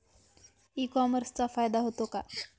E कॉमर्सचा फायदा होतो का?